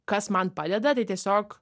kas man padeda tai tiesiog